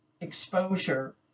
exposure